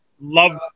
love